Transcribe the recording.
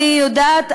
אני יודעת,